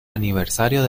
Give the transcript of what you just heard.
aniversario